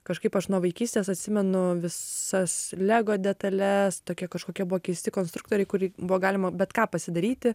kažkaip aš nuo vaikystės atsimenu visas lego detales tokia kažkokia bo keisti konstruktoriai kuri buvo galima bet ką pasidaryti